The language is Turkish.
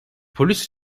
polis